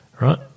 right